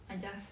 I just